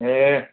ए